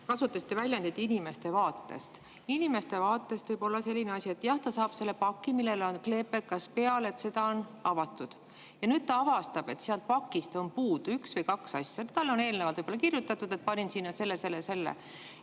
kasutasite väljendit "inimeste vaatest". Inimese vaatest võib olla selline asi, et jah, ta saab selle paki, millel on kleepekas peal, et seda on avatud, ja nüüd ta avastab, et sealt pakist on puudu üks või kaks asja. Talle on eelnevalt ehk kirjutatud: panin sinna selle, selle ja selle.